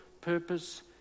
purpose